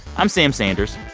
i'm sam sanders.